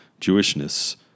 Jewishness